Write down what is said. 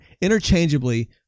interchangeably